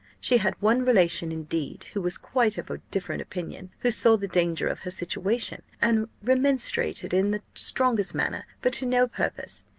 she had one relation, indeed, who was quite of a different opinion, who saw the danger of her situation, and remonstrated in the strongest manner but to no purpose.